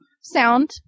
sound